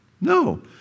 No